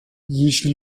jeśli